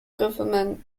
government